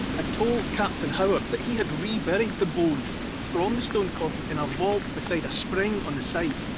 ah told captain howard that he had reburied the bones from the stone coffin in a vault beside a spring on the site.